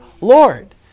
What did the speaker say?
Lord